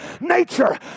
nature